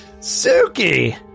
Suki